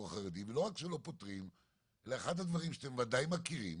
החרדי אלא אחד הדברים שאתם ודאי מכירים